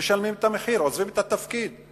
משלמים את המחיר ועוזבים את התפקיד.